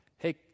Hey